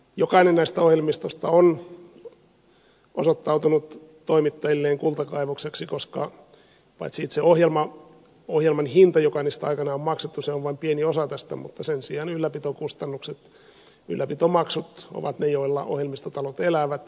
jokainen näistä ohjelmistoista on osoittautunut toimittajilleen kultakaivokseksi koska paitsi itse ohjelman hinta joka niistä aikanaan on maksettu on vain pieni osa tästä mutta sen sijaan ylläpitokustannukset ylläpitomaksut ja päivitykset ovat ne joilla ohjelmistotalot elävät